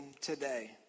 today